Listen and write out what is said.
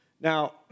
Now